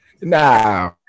Nah